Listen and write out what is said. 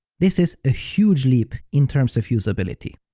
this is a huge leap in terms of usability.